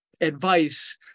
advice